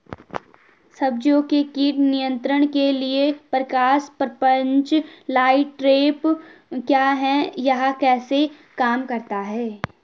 सब्जियों के कीट नियंत्रण के लिए प्रकाश प्रपंच लाइट ट्रैप क्या है यह कैसे काम करता है?